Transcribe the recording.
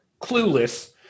clueless